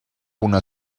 una